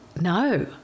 No